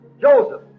Joseph